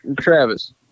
Travis